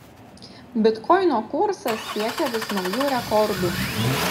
bitkoino kursas siekia vis naujų rekordų